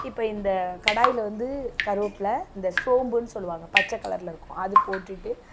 இப்போ இந்த கடாயில் வந்து கறிவேப்பில்லை இந்த சோம்புன்னு சொல்லுவாங்க பச்சை கலரில் இருக்கும் அது போட்டுட்டு